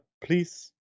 Please